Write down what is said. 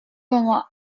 como